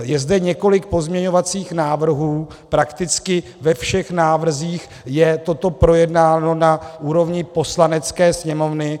Je zde několik pozměňovacích návrhů, prakticky ve všech návrzích je toto projednáno na úrovni Poslanecké sněmovny.